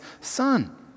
Son